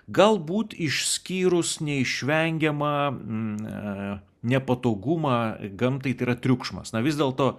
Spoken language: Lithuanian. galbūt išskyrus neišvengiamą nepatogumą gamtai tai yra triukšmas na vis dėlto